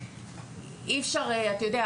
אתה יודע,